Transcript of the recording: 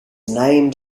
named